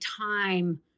time